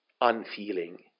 unfeeling